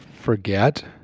forget